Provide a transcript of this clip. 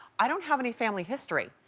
i don't have any family history.